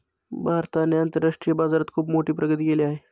भारताने आंतरराष्ट्रीय बाजारात खुप मोठी प्रगती केली आहे